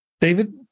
David